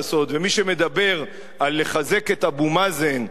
ומי שמדבר על לחזק את אבו מאזן או